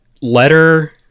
letter